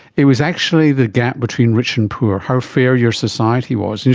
it was actually the gap between rich and poor, how fair your society was.